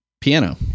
piano